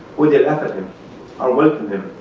would they laugh at him or welcome him,